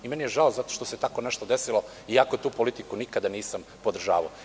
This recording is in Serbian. Meni je žao zato što se tako nešto desilo, iako tu politiku nikada nisam podržavao.